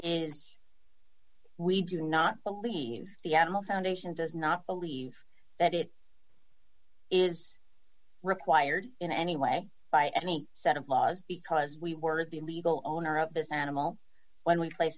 is we do not believe the animal foundation does not believe that it is required in any way by any set of laws because we were the legal owner of this animal when we pla